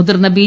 മുതിർന്ന ബി